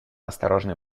осторожный